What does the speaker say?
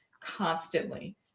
constantly